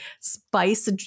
spice